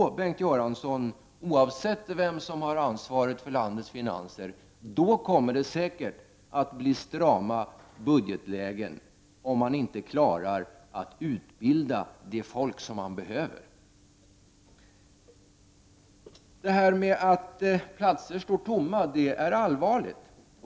Då, Bengt Göransson — om vi inte klarar av att utbilda det folk som vi behöver — kommer det säkert, oavsett vem som har ansvaret för landets finanser, att bli läge för strama budgetar! Att platser står tomma är allvarligt.